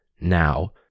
now